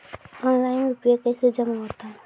Online रुपये कैसे जमा होता हैं?